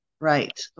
right